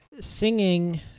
Singing